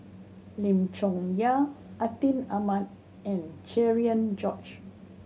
Lim Chong Yah Atin Amat and Cherian George